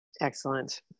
Excellent